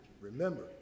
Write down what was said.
remember